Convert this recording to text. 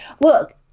look